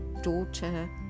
daughter